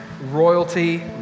royalty